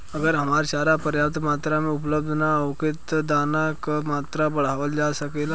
अगर हरा चारा पर्याप्त मात्रा में उपलब्ध ना होखे त का दाना क मात्रा बढ़ावल जा सकेला?